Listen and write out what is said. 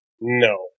No